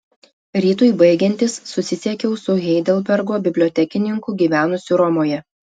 rytui baigiantis susisiekiau su heidelbergo bibliotekininku gyvenusiu romoje